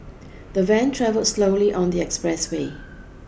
the van travel slowly on the expressway